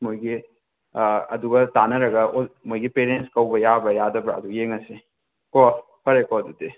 ꯃꯣꯏꯒꯤ ꯑꯗꯨꯒ ꯇꯥꯟꯅꯔꯒ ꯃꯣꯏꯒꯤ ꯄꯦꯔꯦꯟꯁ ꯀꯧꯕ ꯌꯥꯕ꯭ꯔꯥ ꯌꯥꯗꯕ꯭ꯔꯥ ꯑꯗꯨ ꯌꯦꯡꯉꯁꯤ ꯀꯣ ꯐꯔꯦꯀꯣ ꯑꯗꯨꯗꯤ